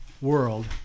world